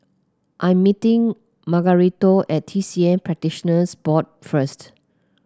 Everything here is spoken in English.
I am meeting Margarito at T C M Practitioners Board first